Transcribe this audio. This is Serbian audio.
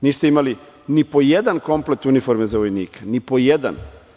Niste imali ni po jedan komplet uniforme za vojnike, ni po jedan.